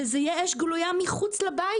וזה יהיה אש גלויה מחוץ לבית,